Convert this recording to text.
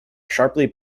sharply